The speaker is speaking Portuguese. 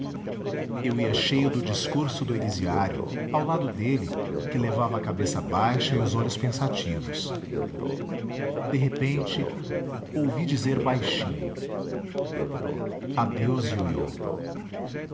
eu ia cheio do discurso do elisiário ao lado dele que levava a cabeça baixa e os olhos pensativos de repente ouvi dizer baixinho adeus ioiô era